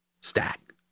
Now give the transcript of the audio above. Stack